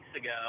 ago